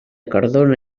cardona